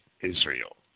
Israel